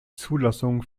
zulassung